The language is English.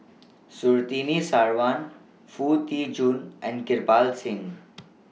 Surtini Sarwan Foo Tee Jun and Kirpal Singh